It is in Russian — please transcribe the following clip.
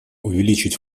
увеличить